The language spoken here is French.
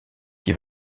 qui